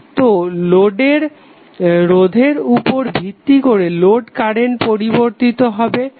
তো লোডের রোধের উপর ভিত্তি করে লোড কারেন্ট পরিবর্তিত হতে থাকবে